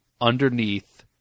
underneath